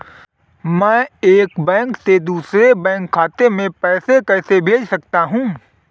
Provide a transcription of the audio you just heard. मैं एक बैंक से दूसरे बैंक खाते में पैसे कैसे भेज सकता हूँ?